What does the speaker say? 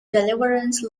deliverance